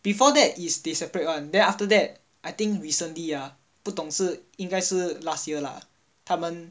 before that is they separate one then after that I think recently ah 不懂事应该是 last year lah 他们